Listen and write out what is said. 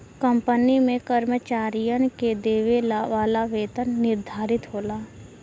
company में कर्मचारियन के देवे वाला वेतन निर्धारित होला